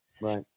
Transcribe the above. right